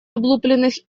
облупленных